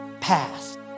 past